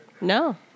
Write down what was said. no